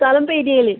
സ്ഥലം പെരിയയിൽ